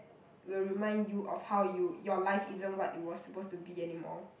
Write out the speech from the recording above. will remind you of how you your life isn't what it was supposed to be anymore